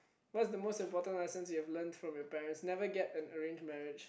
what's the most important lessons you've learnt from your parents never get an arranged marriage